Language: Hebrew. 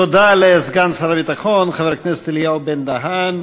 תודה לסגן שר הביטחון חבר הכנסת אלי בן-דהן.